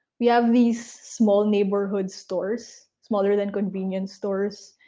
we have these small neighborhood stores, smaller than convenience stores,